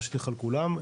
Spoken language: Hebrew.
משליך על כולם,